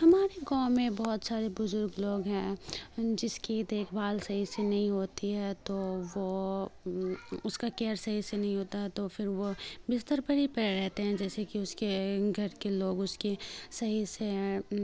ہمارے گاؤں میں بہت سارے بزرگ لوگ ہیں جس کی دیکھ بھال صحیح سے نہیں ہوتی ہے تو وہ اس کا کیئر صحیح سے نہیں ہوتا ہے تو فر وہ بستر پر ہی پڑے رہتے ہیں جیسے کہ اس کے گھر کے لوگ اس کی صحیح سے